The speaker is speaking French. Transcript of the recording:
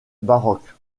baroque